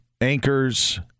anchors